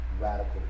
Radical